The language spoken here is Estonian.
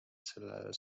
sellel